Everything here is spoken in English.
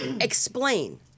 explain